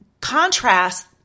contrast